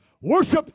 worship